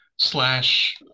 slash